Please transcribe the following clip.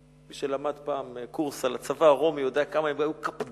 מי שלמד פעם קורס על הצבא הרומי יודע כמה הם היו קפדנים.